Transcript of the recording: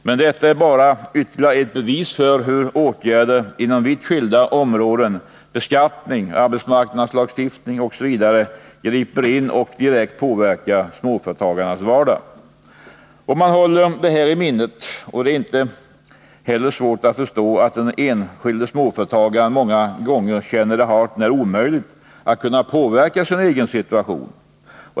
Men detta är bara ytterligare ett bevis för hur åtgärder inom vitt skilda områden — beskattning, arbetsmarknadslagstiftning osv. — griper in i och direkt påverkar småföretagarnas vardag. Om man håller detta i minnet, är det inte heller svårt att förstå att den enskilde småföretagaren många gånger tycker att det är hart när omöjligt att påverka sin egen situation.